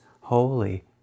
holy